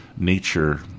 nature